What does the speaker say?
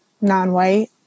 non-white